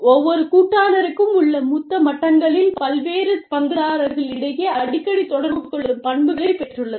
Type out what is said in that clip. ஒவ்வொரு கூட்டாளருக்கும் உள்ள மூத்த மட்டங்களில் பல்வேறு பங்குதாரர்களிடையே அடிக்கடி தொடர்பு கொள்ளும் பண்புகளை பெற்றுள்ளது